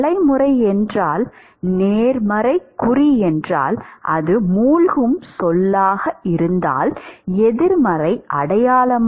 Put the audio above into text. தலைமுறை என்றால் நேர்மறை குறி என்றால் அது மூழ்கும் சொல்லாக இருந்தால் எதிர்மறை அடையாளம்